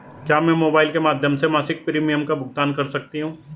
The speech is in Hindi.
क्या मैं मोबाइल के माध्यम से मासिक प्रिमियम का भुगतान कर सकती हूँ?